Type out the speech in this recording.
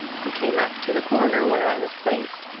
he came up to the corner where i was placed,